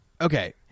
Okay